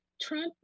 Trump